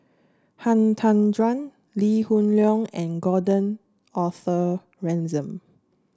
Han Tan Juan Lee Hoon Leong and Gordon Arthur Ransome